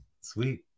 sweet